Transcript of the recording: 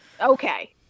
Okay